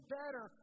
better